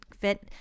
fit